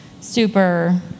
super